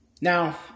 Now